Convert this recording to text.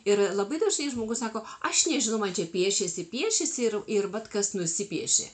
ir labai dažnai žmogus sako aš nežinau man čia piešėsi piešėsi ir ir vat kas nusipiešė